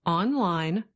online